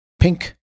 pink